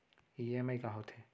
EMI का होथे?